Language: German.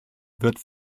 wird